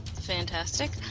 Fantastic